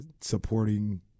supporting